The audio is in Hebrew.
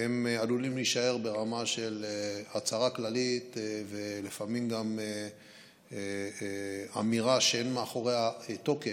עלולים להישאר ברמה של הצהרה כללית ולפעמים גם אמירה שאין מאחוריה תוקף,